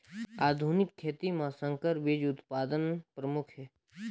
आधुनिक खेती म संकर बीज उत्पादन प्रमुख हे